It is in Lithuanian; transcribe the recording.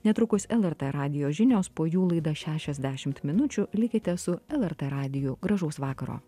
netrukus lrt radijo žinios po jų laida šešiasdešimt minučių likite su lrt radiju gražaus vakaro